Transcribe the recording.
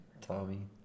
Tommy